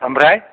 ओमफ्राय